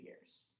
years